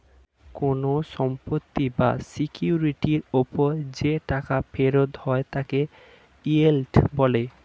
কোন সম্পত্তি বা সিকিউরিটির উপর যে টাকা ফেরত হয় তাকে ইয়েল্ড বলে